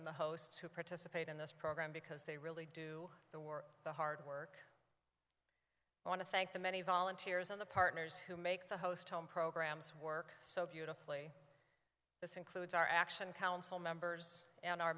and the hosts who participate in this program because they really do the work the hard work i want to thank the many volunteers and the partners who make the host home programs work so beautifully this includes our action council members and our